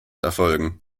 erfolgen